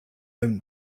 own